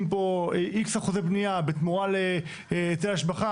פה X אחוזי בנייה בתמורה להיטל השבחה,